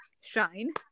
shine